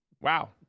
wow